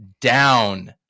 down